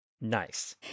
Nice